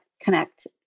connect